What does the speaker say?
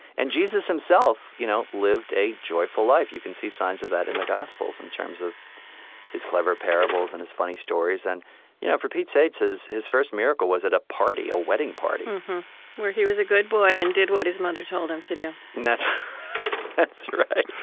and jesus himself you know lived a joyful life. you can see signs of that in the gospels in terms of his clever parables and his funny stories. and you know for pete's sakes, his his first miracle was at a party, a wedding party where he was a good boy and did what his mother told him to do that's that's right